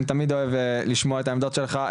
אני תמיד אוהב לשמוע את העמדות שלך,